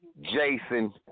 Jason